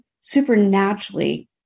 supernaturally